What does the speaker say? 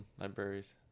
libraries